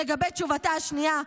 לגבי תשובתה השנייה,